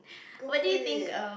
go for it